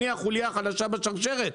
אני החולייה החלשה בשרשרת.